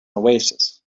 oasis